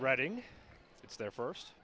reading it's their first